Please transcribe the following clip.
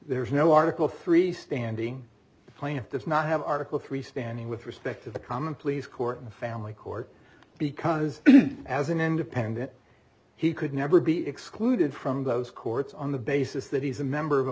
there is no article three standing the plaintiff that's not have article three standing with respect to the common pleas court and family court because as an independent he could never be excluded from those courts on the basis that he's a member of a